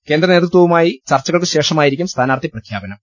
കേന്ദ്രനേതൃതിവുമായി ചർച്ചകൾക്കു ശേഷമായിരിക്കും സ്ഥാനാർത്ഥി പ്രഖ്യാപനം